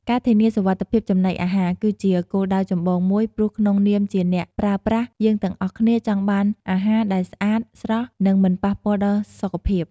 ការធានាសុវត្ថិភាពចំណីអាហារ គឺជាគោលដៅចម្បងមួយ ព្រោះក្នុងនាមជាអ្នកប្រើប្រាស់ យើងទាំងអស់គ្នាចង់បានអាហារដែលស្អាត ស្រស់ និងមិនប៉ះពាល់ដល់សុខភាព។